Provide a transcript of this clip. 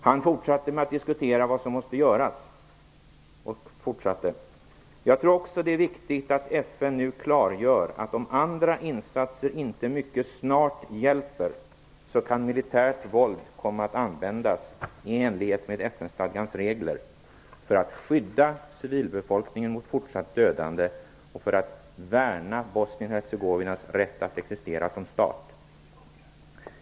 Han fortsatte med att diskutera vad som måste göras: "Men jag tror också att det är viktigt att FN nu klargör att om andra insatser inte mycket snart hjälper, så kan militärt våld komma att användas i enlighet med FN-stadgans regler, för att skydda civilbefolkningen mot fortsatt dödande och för att värna Bosnien-Hercegovinas rätt att existera som stat.